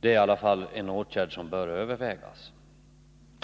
Det är i alla fall en åtgärd som bör övervägas,